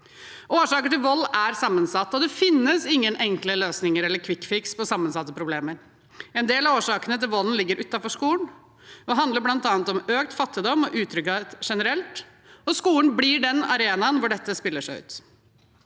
Årsaker til vold er sammensatte, og det finnes ingen enkle løsninger eller kvikkfikser på sammensatte problemer. En del av årsakene til volden ligger utenfor skolen og handler bl.a. om økt fattigdom og utrygghet generelt, og skolen blir den arenaen hvor dette spiller seg ut.